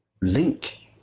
link